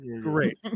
great